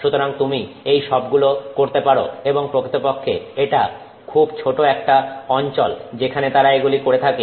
সুতরাং তুমি এই সবগুলো করতে পারো এবং প্রকৃতপক্ষে এটা খুব ছোট একটা অঞ্চল যেখানে তারা এগুলি করে থাকে